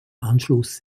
anschluss